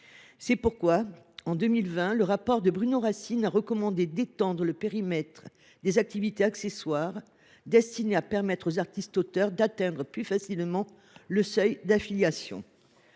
C’est pourquoi, en 2020, le rapport de Bruno Racine recommandait d’étendre le périmètre des activités accessoires qui leur permettraient d’atteindre plus facilement le seuil d’affiliation